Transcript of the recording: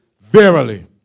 Verily